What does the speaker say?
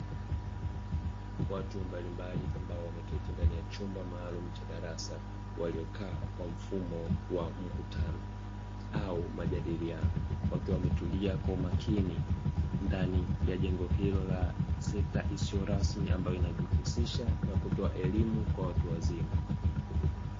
Watu mbalimbali ambao wameketi ndani ya chumba maalumu cha darasa waliokaa kwa mfumo wa mkutano au majadiliano; wakiwa wametulia kwa umakini ndani ya jengo hilo la sekta isiyo rasmi ambayo inajihusisha na kutoa elimu kwa watu wazima.